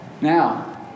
now